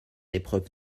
épreuves